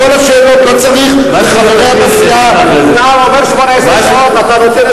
לא צריך מחבריה בסיעה, אתה אומר 18 שעות.